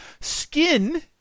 skin